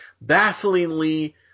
bafflingly